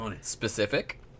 Specific